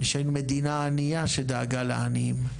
ושהייתה מדינה ענייה שדאגה לעניים.